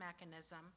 mechanism